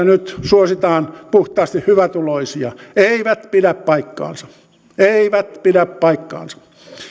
nyt suositaan puhtaasti hyvätuloisia eivät pidä paikkaansa eivät pidä paikkaansa